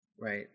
Right